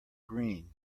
green